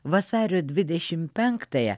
vasario dvidešimt penktąją